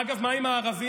אגב, מה עם הערבים?